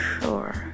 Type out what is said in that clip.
sure